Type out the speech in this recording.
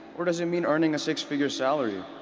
or does it mean earning a six-figure salary?